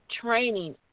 training